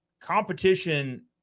competition